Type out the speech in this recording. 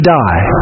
die